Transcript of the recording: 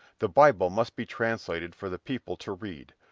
the bible must be translated for the people to read.